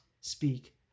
speak